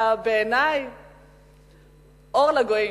אתה בעיני אור לגויים.